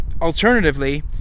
alternatively